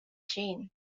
jane